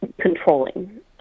controlling